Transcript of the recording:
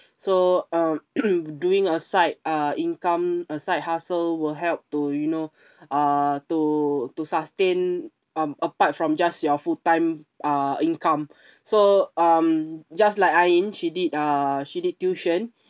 so um doing a side uh income a side hustle will help to you know uh to to sustain um apart from just your full time uh income so um just like ain she did uh she did tuition